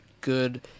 good